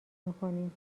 میکنیم